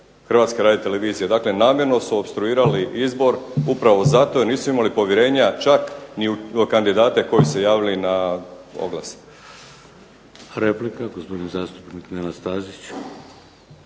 izabere ravnatelj HRT-a. Dakle, namjerno su opstruirali izbor upravo zato jer nisu imali povjerenja čak ni u kandidati koji su se javili na oglas. **Šeks, Vladimir (HDZ)** Replika, gospodin zastupnik Nenad Stazić.